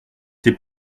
c’est